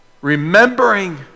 Remembering